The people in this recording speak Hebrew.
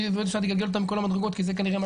בית המשפט יגלגל אותם מכל המדרגות כי זה כנראה מה